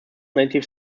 native